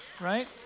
right